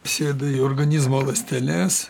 sėda į organizmo ląsteles